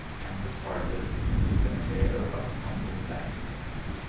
and departed with an air of humble thankfulness.